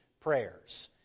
prayers